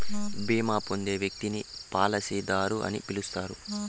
బీమా పొందే వ్యక్తిని పాలసీదారు అని పిలుస్తారు